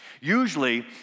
Usually